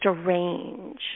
strange